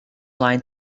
line